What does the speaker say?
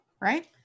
right